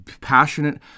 passionate